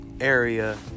area